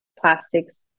plastics